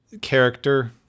character